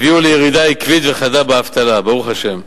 הביאה לירידה עקבית וחדה באבטלה, ברוך השם,